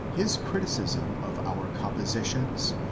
his criticism of our compositions,